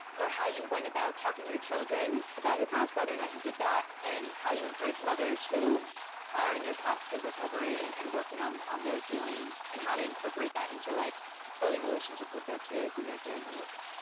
or how you went about talking to your children about your past, whether or not you did that, and how you encourage mothers who are in their process of recovery and and working on on their healing, and how to incorporate that into like building relationships with their kids and their families.